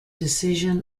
decision